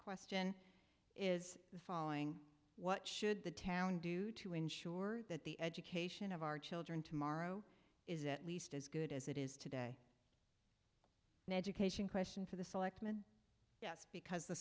question is the following what should the town do to ensure that the education of our children tomorrow is at least as good as it is today in education question for the selectmen because the